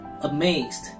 amazed